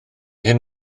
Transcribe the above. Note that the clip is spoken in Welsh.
hyn